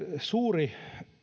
suuri